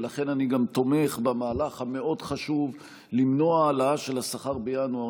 ולכן אני גם תומך במהלך המאוד-חשוב למנוע העלאה של השכר בינואר.